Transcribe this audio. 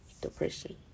depression